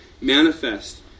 manifest